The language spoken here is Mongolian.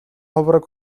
хувраг